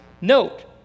Note